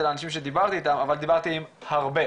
האנשים שדיברתי איתם אבל דיברתי עם הרבה,